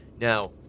Now